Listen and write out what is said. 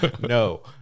no